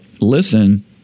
listen